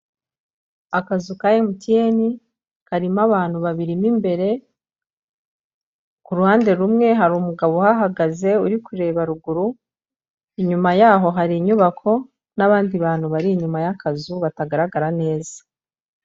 Akazu ka MTN karimo abantu babiri mo imbere, ku ruhande rumwe hari umugabo uhahagaze uri kureba ruguru, inyuma yaho hari inyubako n'abandi bantu bari inyuma y'akazu batagaragara neza.